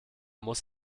muss